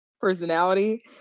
personality